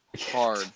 hard